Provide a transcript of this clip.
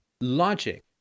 logic